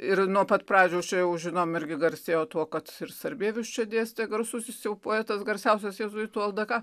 ir nuo pat pradžios jau žinom irgi garsėjo tuo kad ir sarbievijus čia dėstė garsusis jau poetas garsiausias jėzuitų ldk